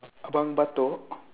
abang batuk